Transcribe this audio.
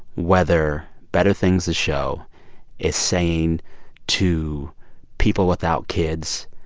whether better things the show is saying to people without kids,